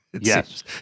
Yes